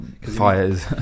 Fires